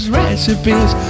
recipes